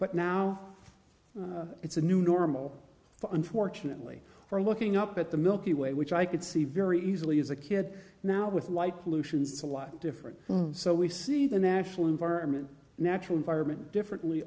but now it's a new normal but unfortunately for looking up at the milky way which i could see very easily as a kid now with light pollution it's a lot different so we see the national environment natural environment differently